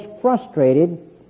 frustrated